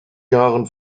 jahren